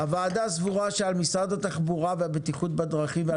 הוועדה סבורה שעל משרד התחבורה והבטיחות בדרכים ועל